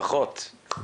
מעולה, פחות מ-60 שניות.